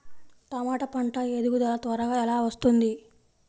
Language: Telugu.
టమాట పంట ఎదుగుదల త్వరగా ఎలా వస్తుంది?